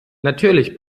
natürlich